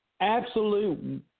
absolute